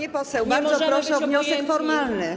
Pani poseł, bardzo proszę o wniosek formalny.